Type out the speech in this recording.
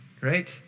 right